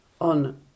on